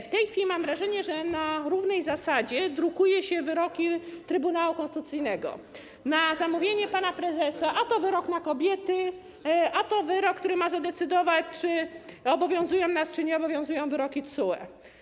W tej chwili mam wrażenie, że na równej zasadzie drukuje się wyroki Trybunału Konstytucyjnego, na zamówienie pana prezesa, a to wyrok na kobiety, a to wyrok, który ma zadecydować, czy obowiązują nas, czy nie obowiązują wyroki TSUE.